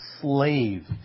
Slave